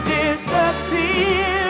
disappear